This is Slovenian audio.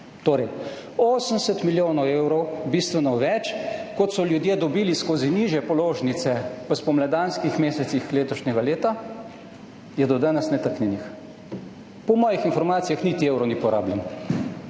Torej, 80 milijonov evrov, bistveno več kot so ljudje dobili skozi nižje položnice v spomladanskih mesecih letošnjega leta, je do danes nedotaknjenih. Po mojih informacijah niti evro ni porabljen,